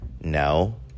No